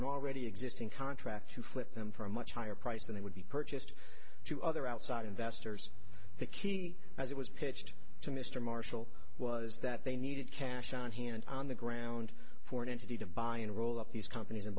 an already existing contract to flip them for a much higher price than they would be purchased to other outside investors the key as it was pitched to mr marshall was that they needed cash on hand on the ground for an entity to buy and roll up these companies in